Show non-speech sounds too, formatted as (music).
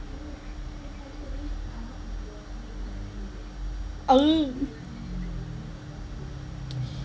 !eeyer! (noise)